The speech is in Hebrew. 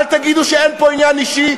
אל תגידו שאין פה עניין אישי,